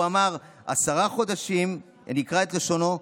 הוא אמר: "עשרה חודשים" אני אקרא את לשונו,